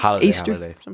Easter